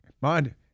mind